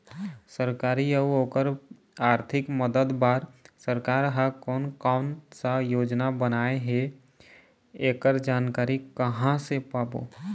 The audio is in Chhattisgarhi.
सरकारी अउ ओकर आरथिक मदद बार सरकार हा कोन कौन सा योजना बनाए हे ऐकर जानकारी कहां से पाबो?